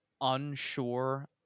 unsure